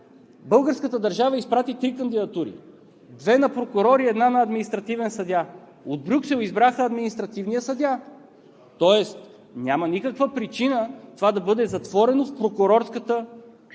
българската държава изпрати три кандидатури – две на прокурор и една на административен съдия, от Брюксел избраха административния съдия. Тоест, няма никаква причина това да бъде затворено в Прокурорската колегия.